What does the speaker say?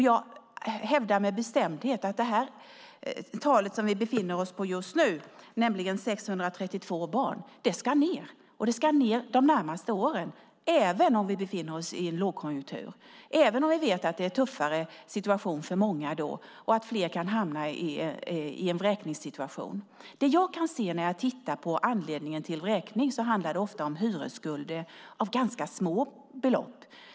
Jag hävdar med bestämdhet att det tal som vi befinner oss på just nu, 632 barn, ska ned. Och det ska ned de närmaste åren, även om vi befinner oss i en lågkonjunktur och även om vi vet att situationen är tuffare för många då och att fler kan hamna i en vräkningssituation. Anledningen till vräkning handlar ofta om hyresskulder på ganska små belopp.